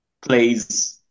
plays